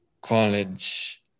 college